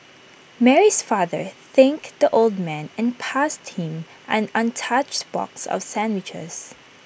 Mary's father thanked the old man and passed him an untouched box of sandwiches